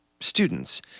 students